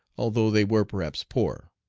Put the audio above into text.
although they were perhaps poor.